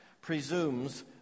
presumes